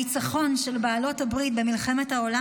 הניצחון של בעלות הברית במלחמת העולם